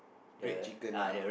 red chicken ah